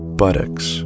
buttocks